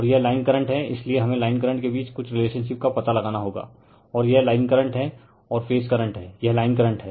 और यह line current हैं इसलिए हमें लाइन करंट के बीच कुछ रिलेशनशिप का पता लगाना होगा और यह लाइन करंट है और फेज़ करंट है यह लाइन करंट है